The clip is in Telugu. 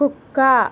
కుక్క